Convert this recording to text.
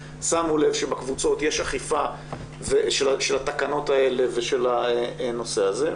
שמו לב שבקבוצות יש אכיפה של התקנות האלה ושל הנושא הזה,